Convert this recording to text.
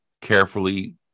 carefully